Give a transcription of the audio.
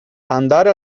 andare